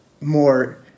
more